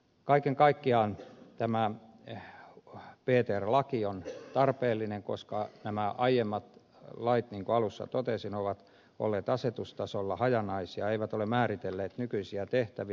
kaiken kaikkiaan tämä ptr laki on tarpeellinen koska nämä aiemmat lait niin kuin alussa totesin ovat olleet asetustasolla hajanaisia eivät ole määritelleet nykyisiä tehtäviä